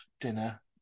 dinner